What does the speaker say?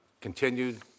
continued